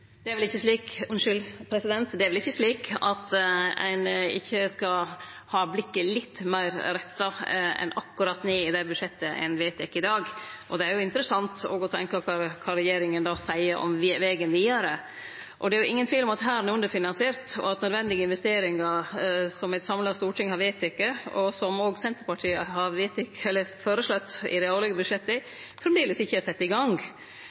Det er vel ikkje slik at ein ikkje skal ha blikket retta mot litt fleire stader enn akkurat ned i det budsjettet ein vedtek i dag. Det er interessant å tenkje på kva regjeringa då seier om vegen vidare. Det er ingen tvil om at Hæren er underfinansiert, og at nødvendige investeringar som eit samla storting har vedteke – og som òg Senterpartiet har føreslått i dei årlege budsjetta – framleis ikkje er sette i gang.